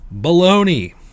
baloney